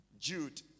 Jude